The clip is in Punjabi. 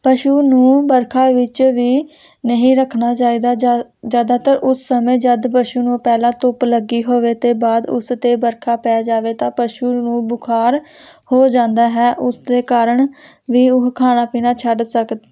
ਪਸ਼ੂ ਨੂੰ ਵਰਖਾ ਵਿੱਚ ਵੀ ਨਹੀਂ ਰੱਖਣਾ ਚਾਹੀਦਾ ਜ ਜ਼ਿਆਦਾਤਰ ਉਸ ਸਮੇਂ ਜਦੋਂ ਪਸ਼ੂ ਨੂੰ ਪਹਿਲਾਂ ਧੁੱਪ ਲੱਗੀ ਹੋਵੇ ਅਤੇ ਬਾਅਦ ਉਸ 'ਤੇ ਵਰਖਾ ਪੈ ਜਾਵੇ ਤਾਂ ਪਸ਼ੂ ਨੂੰ ਬੁਖਾਰ ਹੋ ਜਂਦਾ ਹੈ ਉਸਦੇ ਕਾਰਨ ਵੀ ਉਹ ਖਾਣਾ ਪੀਣਾ ਛੱਡ ਸਕ